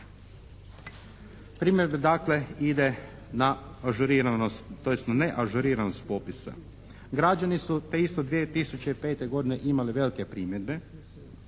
na ažuriranost, tj. na neažuriranost popisa. Građani su te iste 2005. godine imali velike primjedbe